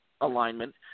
alignment